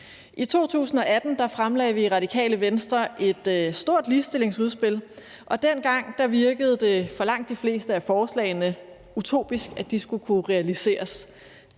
I 2018 fremlagde vi i Radikale Venstre et stort ligestillingsudspil, og dengang virkede det for langt de fleste af forslagenes vedkommende utopisk, at de skulle kunne realiseres,